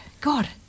God